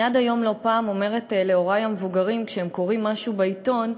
עד היום אני לא פעם אומרת להורי המבוגרים כשהם קוראים משהו בעיתון,